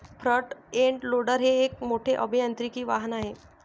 front end loader हे एक मोठे अभियांत्रिकी वाहन आहे